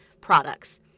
products